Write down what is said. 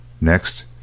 Next